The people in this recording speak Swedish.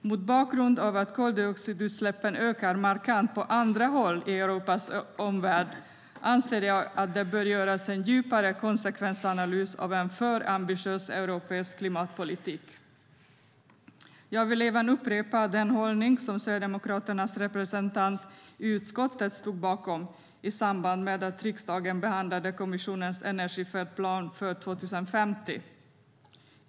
Mot bakgrund av att koldioxidutsläppen ökar markant på andra håll i Europas omvärld anser jag att det bör göras en djupare konsekvensanalys av en för ambitiös europeisk klimatpolitik. Jag vill även påminna om den hållning som Sverigedemokraternas representant i utskottet intog i samband med att riksdagen behandlade kommissionens energifärdplan för 2050.